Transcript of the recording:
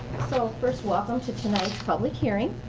so first, welcome to tonight's public hearing.